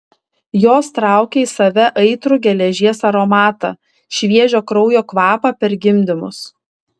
jos traukė į save aitrų geležies aromatą šviežio kraujo kvapą per gimdymus